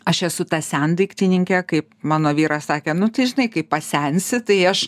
aš esu tas sendaiktininkė kaip mano vyras sakė nu tai žinai kai pasensi tai aš